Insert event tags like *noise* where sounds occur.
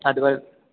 *unintelligible*